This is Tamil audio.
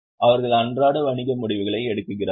அவர்கள் அன்றாட வணிக முடிவுகளை எடுத்துக்கொள்கிறார்கள்